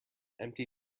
empty